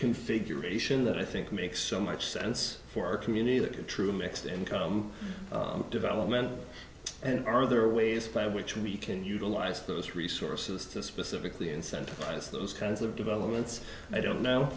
configuration that i think makes so much sense for our community that true mixed income development and are there are ways by which we can utilize those resources to specifically incentivize those kinds of developments i don't know